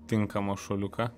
tinkamą šuoliuką